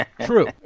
True